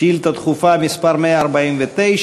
שאילתה דחופה מס' 149: